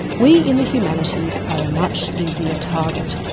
we in the humanities are a much easier target.